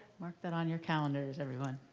mark that on your calendars, everyone.